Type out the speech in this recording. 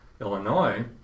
Illinois